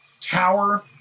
tower